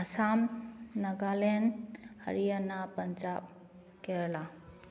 Assam Nagaland Haryana Punjab Kerala